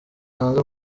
hanze